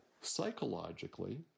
Psychologically